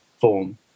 form